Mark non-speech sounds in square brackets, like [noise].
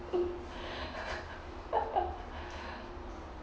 [laughs]